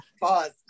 Pause